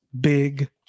big